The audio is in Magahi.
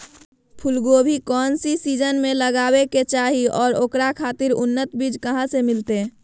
फूलगोभी कौन सीजन में लगावे के चाही और ओकरा खातिर उन्नत बिज कहा से मिलते?